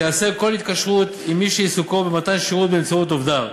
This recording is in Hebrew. תיאסר כל התקשרות עם מי שעיסוקו הוא במתן שירות באמצעות עובדיו.